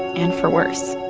and for worse